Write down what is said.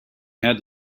had